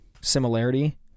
similarity